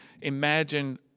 imagine